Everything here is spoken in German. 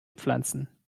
pflanzen